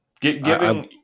Giving